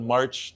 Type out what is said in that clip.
March